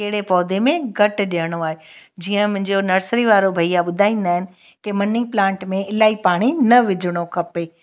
कहिड़े पौधे मे घटि ॾियणो आहे जीअं मुंहिंजो नर्सरीआ वारो भईया ॿुधाईंदा आहिनि के मनी प्लांट में इलाही पाणी न विझिणो खपे